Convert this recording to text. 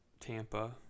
Tampa